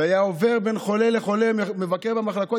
והיה עובר בין חולה לחולה ומבקר במחלקות,